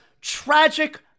Tragic